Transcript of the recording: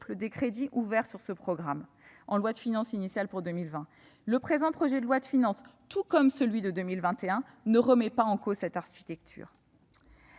des crédits ouverts sur le programme en loi de finances initiale pour 2020. Le présent projet de loi de finances, tout comme le PLF pour 2021, ne remet pas en cause cette architecture.